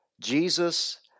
Jesus